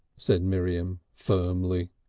said miriam firmly.